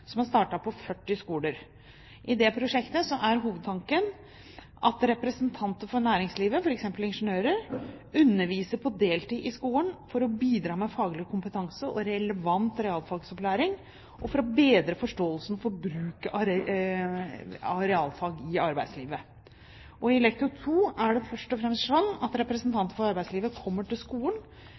er hovedtanken at representanter for næringslivet, f.eks. ingeniører, underviser på deltid i skolen for å bidra med faglig kompetanse og relevant realfagsopplæring for å bedre forståelsen av bruk av realfag i arbeidslivet. I lektor II er det først og fremst slik at representanter for arbeidslivet kommer til skolen,